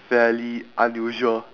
fairly unusual